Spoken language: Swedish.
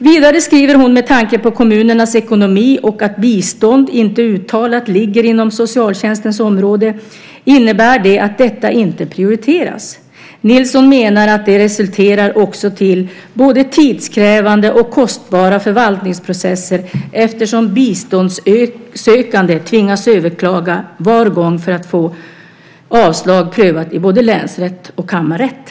Vidare skriver hon att med tanke på kommunernas ekonomi och att bistånd inte uttalat ligger inom socialtjänstens område innebär det att detta inte prioriteras. Nilsson menar att det resulterar i både tidskrävande och kostbara förvaltningsprocesser eftersom biståndssökande tvingas överklaga var gång för att få avslag prövat i både länsrätt och kammarrätt.